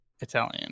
Italian